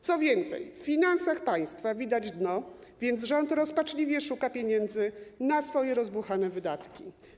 Co więcej, w finansach państwa widać dno, więc rząd rozpaczliwie szuka pieniędzy na swoje rozbuchane wydatki.